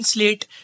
Slate